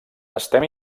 estem